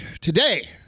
Today